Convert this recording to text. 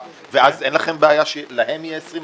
ואז אין לכם בעיה שלהם יהיה 20?